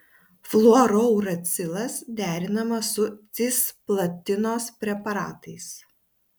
fluorouracilas derinamas su cisplatinos preparatais